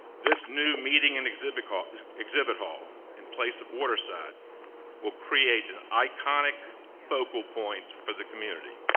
this new meeting and exhibit hall exhibit hall in place of waterside will create an iconic focal point for the community.